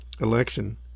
election